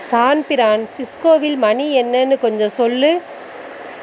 சான்ஃபிரான்சிஸ்கோவில் மணி என்னனு கொஞ்சம் சொல்லு